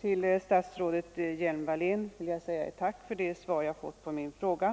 Till fru statsrådet Hjelm-Wallén vill jag uttala ett tack för det svar jag fått på min fråga.